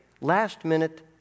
last-minute